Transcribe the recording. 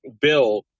bill